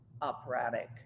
operatic